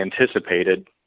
anticipated